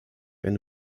eine